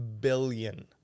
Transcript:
billion